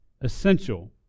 essential